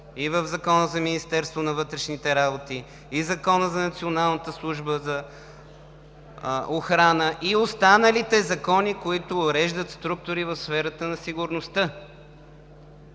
в Закона за Министерството на вътрешните работи, Закона за Националната служба за охрана и останалите закони, които уреждат структури в сферата на сигурността.